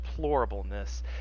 deplorableness